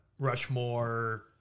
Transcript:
Rushmore